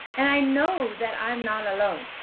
and i know that i'm not alone.